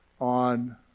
on